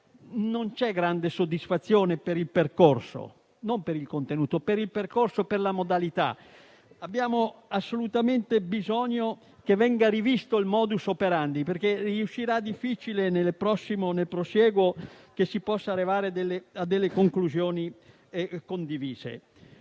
non c'è grande soddisfazione per il percorso - non per il contenuto - né per la modalità; abbiamo assolutamente bisogno che venga rivisto il *modus operandi*, perché riuscirà difficile nel prosieguo che si possa arrivare a conclusioni condivise.